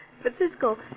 Francisco